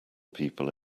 people